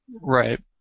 right